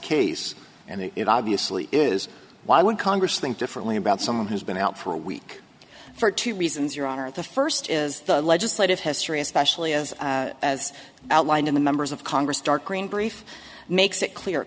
case and it obviously is why would congress think differently about someone who's been out for a week for two reasons your honor the first is the legislative history especially as as outlined in the members of congress start green brief makes it clear